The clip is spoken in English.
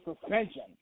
suspension